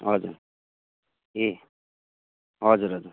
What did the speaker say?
हजुर ए हजुर हजुर